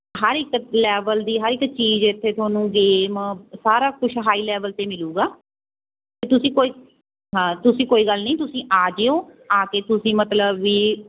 ਹਰ ਇਕ ਲੈਵਲ ਦੀ ਹਰ ਇੱਕ ਚੀਜ਼ ਇੱਥੇ ਤੁਹਾਨੂੰ ਗੇਮ ਸਾਰਾ ਕੁਛ ਹਾਈ ਲੈਵਲ 'ਤੇ ਮਿਲੂਗਾ ਤਾਂ ਤੁਸੀਂ ਕੋਈ ਹਾਂ ਤੁਸੀਂ ਕੋਈ ਗੱਲ ਨਹੀਂ ਤੁਸੀਂ ਆ ਜਾਇਓ ਆ ਕੇ ਤੁਸੀਂ ਮਤਲਬ ਵੀ